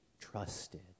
trusted